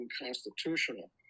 unconstitutional